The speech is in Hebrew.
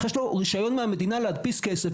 יש לו רישיון מהמדינה להדפיס כסף,